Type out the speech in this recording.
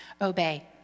Obey